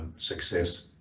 success.